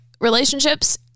relationships-